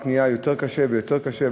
רק יותר קשה ויותר קשה,